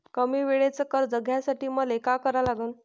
कमी वेळेचं कर्ज घ्यासाठी मले का करा लागन?